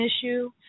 issue